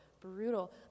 brutal